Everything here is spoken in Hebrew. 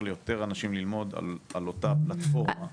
ליותר אנשים ללמוד על אותה הפלטפורמה.